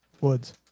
woods